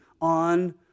on